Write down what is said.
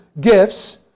gifts